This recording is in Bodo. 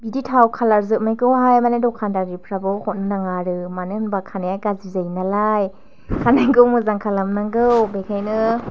बिदि थाव खालार जोबनायखौहाय माने दखानदारिफ्राबो हरनो नाङा आरो मोनो होनबा खानाइया गाज्रि जायो नालाय खानायखौ मोजां खालाम नांगौ बेखायनो